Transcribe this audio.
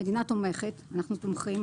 המדינה תומכת, אנחנו תומכים.